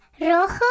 rojo